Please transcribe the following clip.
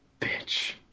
Bitch